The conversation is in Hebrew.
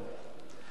תודה רבה.